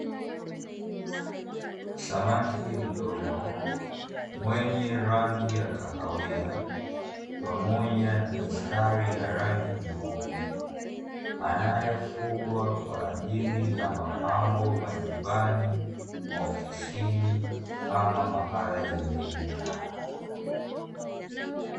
Samaki mdogo mwenye rangi ya kahawia pamoja na mistari ya rangi nyeupe, anayefugwa kwa ajili ya mapambo: majumbani, maofisini ama mahala pengine.